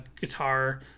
guitar